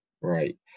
Right